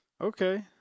Okay